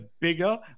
bigger